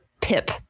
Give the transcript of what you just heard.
Pip